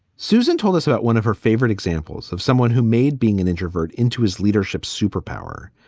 susan told us about one of her favorite examples of someone who made being an introvert into his leadership superpower.